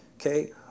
okay